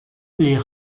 les